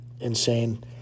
insane